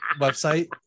website